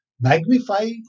magnify